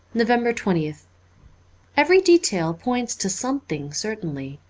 november twentieth every detail points to something, certainly,